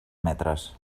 metres